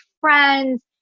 friends